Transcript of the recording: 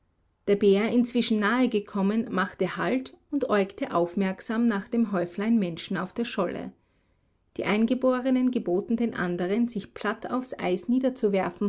der bär inzwischen nahegekommen machte halt und äugte aufmerksam nach dem häuflein menschen auf der scholle die eingeborenen geboten den anderen sich platt aufs eis niederzuwerfen